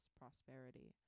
prosperity